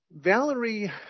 Valerie